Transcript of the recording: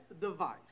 device